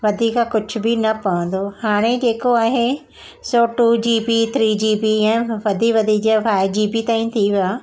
वधीक कुझु बि न पवंदो हाणे जेको आहे सो two G B three G B ईअं वधी वधी जीअं फाइ जी बी ताईं थी वियो आहे